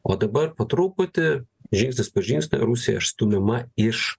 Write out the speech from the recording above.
o dabar po truputį žingsnis po žingsnio rusija išstumiama iš